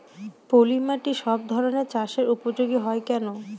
পলিমাটি সব ধরনের চাষের উপযোগী হয় কেন?